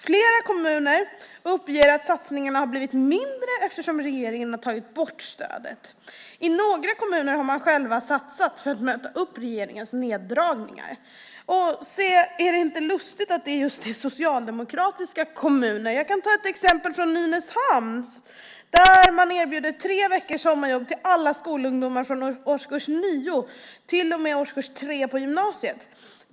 Flera kommuner uppger att satsningarna har blivit mindre eftersom regeringen har tagit bort stödet. I några kommuner har de själva satsat för att möta upp regeringens neddragningar. Är det inte lustigt att det är i just socialdemokratiska kommuner? Jag kan ta exemplet Nynäshamn. Man erbjuder där tre veckors sommarjobb till alla skolungdomar från årskurs 9 till och med årskurs 3 på gymnasiet.